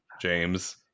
James